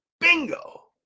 Bingo